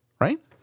Right